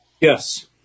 Yes